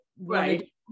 right